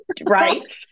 Right